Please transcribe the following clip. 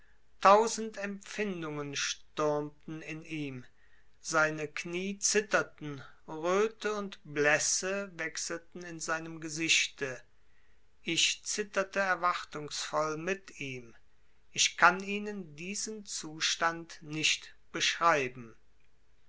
tausend empfindungen stürmten in ihm seine knie zitterten röte und blässe wechselten in seinem gesichte ich zitterte erwartungsvoll mit ihm ich kann ihnen diesen zustand nicht beschreiben